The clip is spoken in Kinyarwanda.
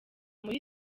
muri